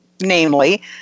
namely